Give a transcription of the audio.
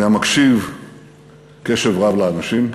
הוא היה מקשיב קשב רב לאנשים,